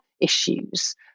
issues